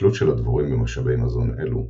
התלות של הדבורים במשאבי מזון אלו,